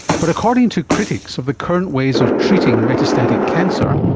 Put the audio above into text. but according to critics of the current ways of treating metastatic cancer,